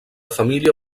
família